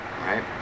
right